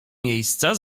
miejsca